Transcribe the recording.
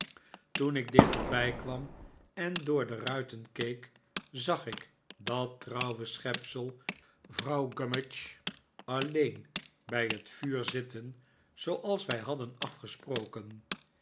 toen ik dichterbij kwam en door de ruiten keek zag ik dat trouwe schepsel vrouw gummidge alleen bij het vuur zitten zooals wij hadden afgesproken